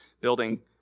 building